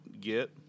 get